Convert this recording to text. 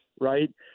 right